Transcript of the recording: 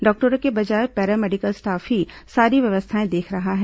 डॉक्टरों के बजाय पैरा मेडिकल स्टाफ ही सारी व्यवस्थाएं देख रहा है